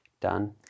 done